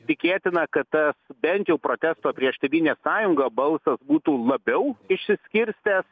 tikėtina kad tas bent jau protesto prieš tėvynės sąjungą balsas būtų labiau išsiskirstęs